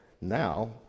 now